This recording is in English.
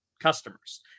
customers